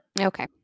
Okay